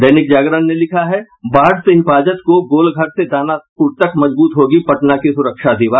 दैनिक जागरण ने लिखा है बाढ़ से हिफाजत को गोलघर से दानापुर तक मजबूज होगी पटना की सुरक्षा दीवार